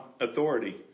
authority